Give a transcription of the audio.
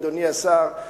אדוני השר,